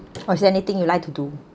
or is there anything you like to do